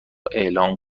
اعلام